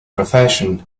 profession